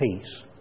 peace